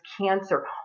cancer